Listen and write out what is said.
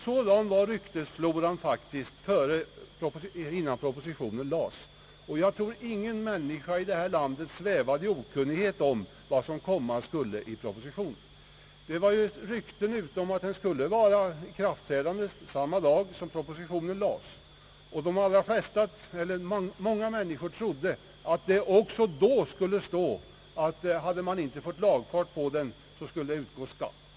Så långt förde denna ryktesflora innan propositionen lades. Jag tror ingen människa i vårt land svävade i okunnighet om vad propositionen skulle komma att innehålla. Det var ju rykten i svang om att lagen skulle träda i kraft samma dag som propositionen lades. Många människor trodde, att det också då skulle stå, att om man inte hade fått lagfart på en fastighet, så skulle skatt utgå.